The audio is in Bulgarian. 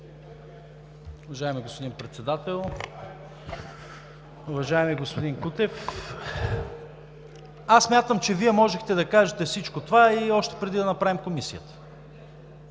Уважаеми господин Председател, уважаеми господин Кутев! Аз смятам, че Вие можехте да кажете всичко това и още преди да направим Комисията.